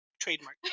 trademark